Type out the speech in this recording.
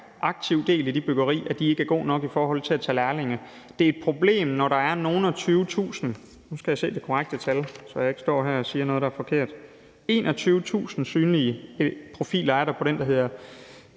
aktivt del i det byggeri, ikke er gode nok i forhold til at tage lærlinge. Det er et problem, når der – og nu skal jeg lige se det korrekte tal, så jeg ikke står her og siger noget, der er forkert – er 21.000 synlige profiler på den side, der